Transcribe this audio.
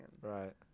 right